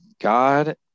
god